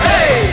Hey